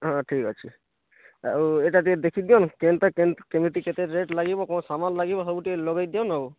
ହଁ ହଁ ଠିକ୍ ଅଛି ଆଉ ଏଇଟା ଟିକେ ଦେଖି ଦେଉନ୍ କେନ୍ଟା କେମିତି କେତେ ରେଟ୍ ଲାଗିବ କ'ଣ ସାମାନ୍ ଲାଗିବ ସବୁ ଟିକେ ଲଗେଇ ଦେଉନ୍ ଆଉ